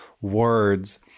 words